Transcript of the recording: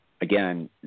Again